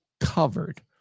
covered